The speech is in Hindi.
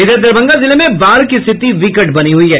इधर दरभंगा जिले में बाढ़ की स्थिति विकट बनी हुई है